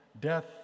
Death